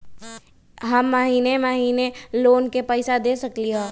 हम महिने महिने लोन के पैसा दे सकली ह?